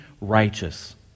righteous